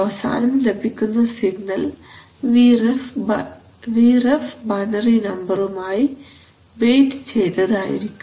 അവസാനം ലഭിക്കുന്ന signal Vref binary നമ്പറുമായി വെയിറ്റ് ചെയ്തതായിരിക്കും